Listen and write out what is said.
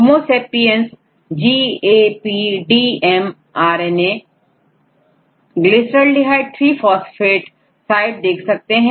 होमो सेपियंसGAPDM RNA glyceraldehyde 3 phasphateसाइट देख सकते हैं